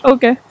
Okay